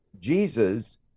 Jesus